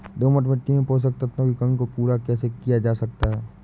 दोमट मिट्टी में पोषक तत्वों की कमी को पूरा कैसे किया जा सकता है?